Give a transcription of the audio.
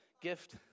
gift